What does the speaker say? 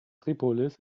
tripolis